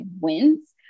wins